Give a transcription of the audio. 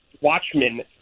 Watchmen